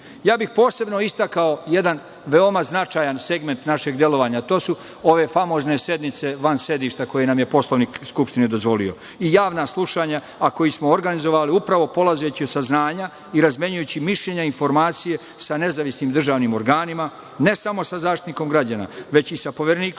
manjina. Posebno iz istakao jedan veoma značajan segment našeg delovanja, a to su ove famozne sednice van sedišta, koje nam je Poslovnik Skupštine dozvolio, i javna slušanja, a koja smo organizovali upravo polazeći od saznanja i razmenjujući mišljenja i informacije sa nezavisnim državnim organima, ne samo sa Zaštitnikom građana, već i sa Poverenikom